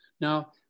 Now